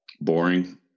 Boring